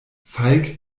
falk